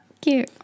Cute